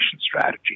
strategy